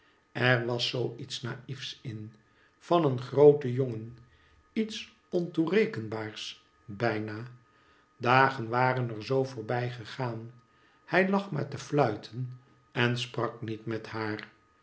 er was zoo iets na'iefs in van een grooten jongen iets ontoerekenbaars bijna dagen waren er zoo voorbij gegaan hij lag maar te fluiten en sprak niet met haar